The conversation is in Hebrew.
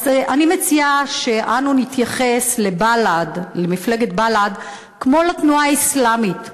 אז אני מציעה שאנחנו נתייחס למפלגת בל"ד כמו לתנועה האסלאמית.